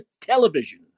television